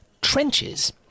trenches